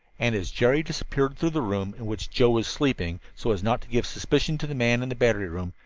and as jerry disappeared through the room in which joe was sleeping, so as not to give suspicion to the man in the battery room,